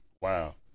Wow